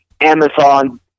Amazon